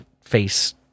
face